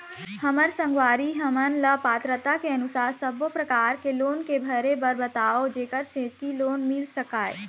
हमर संगवारी हमन ला पात्रता के अनुसार सब्बो प्रकार के लोन के भरे बर बताव जेकर सेंथी लोन मिल सकाए?